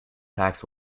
tasks